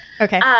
Okay